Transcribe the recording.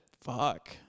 Fuck